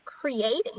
creating